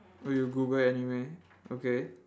oh you Google anime okay